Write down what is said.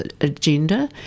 agenda